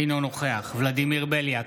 אינו נוכח ולדימיר בליאק,